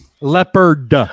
Leopard